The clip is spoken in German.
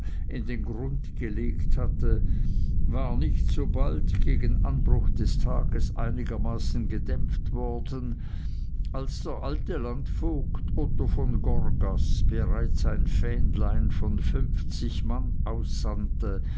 in den grund gelegt hatte war nicht sobald gegen anbruch des tages einigermaßen gedämpft worden als der alte landvogt otto von gorgas bereits ein fähnlein von funfzig mann